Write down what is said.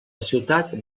ciutat